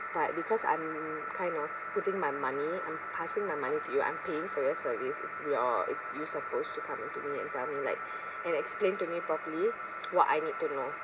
but because I'm kind of putting my money I'm passing my money to you I'm paying for your service it's your it's you're supposed to come back to me and tell me like and explain to me properly what I need to know